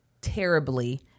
terribly